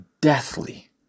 deathly